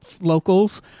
locals